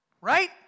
Right